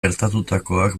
gertatutakoak